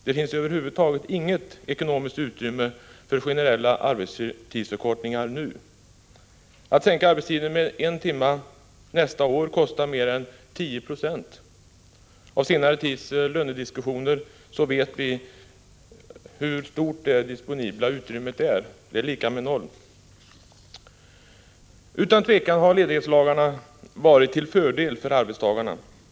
Det finns över huvud taget inget ekonomiskt utrymme för generella arbetstidsförkortningar nu. Att sänka arbetstiden med en timme nästa år skulle i kostnad motsvara mer än 10-procentiga lönehöjningar. Av senare tids lönediskussioner vet vi hur stort det disponibla utrymmet är — 0 90. Utan tvivel har ledighetslagarna varit till fördel för arbetstagarna.